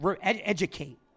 educate